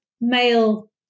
male